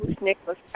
Nicholas